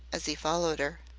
as he followed her.